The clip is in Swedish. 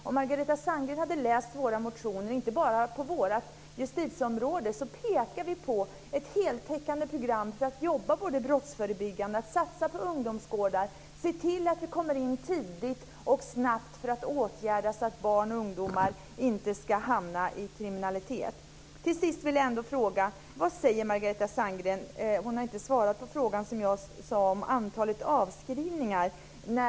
Om Margareta Sandgren hade läst våra motioner, inte bara på justitieområdet, hade hon sett att vi pekar på ett heltäckande program för att jobba brottsförebyggande, satsa på ungdomsgårdar, se till att man kommer in med åtgärder tidigt och snabbt så att barn och ungdomar inte ska hamna i kriminalitet. Till sist vill jag fråga: Vad säger Margareta Sandgren - hon har inte svarat på frågan som jag ställde - om antalet avskrivningar?